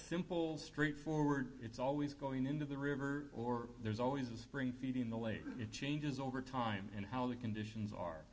simple straight forward it's always going into the river or there's always a spring feeding in the lake it changes over time and how the conditions are